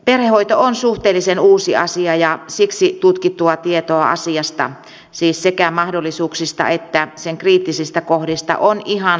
perhehoito on suhteellisen uusi asia ja siksi tutkittua tietoa asiasta siis sekä mahdollisuuksista että sen kriittisistä kohdista on ihan liian vähän